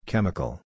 Chemical